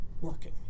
working